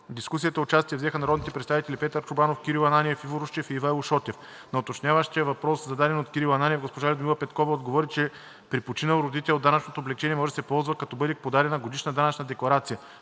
дискусията участие взеха народните представители Петър Чобанов, Кирил Ананиев, Иво Русчев и Ивайло Шотев. На уточняващия въпрос, зададени от Кирил Ананиев, госпожа Людмила Петкова отговори, че при починал родител данъчното облекчение може да се ползва, като бъде подадена годишна данъчна декларация.